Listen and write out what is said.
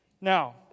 Now